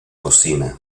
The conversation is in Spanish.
cocina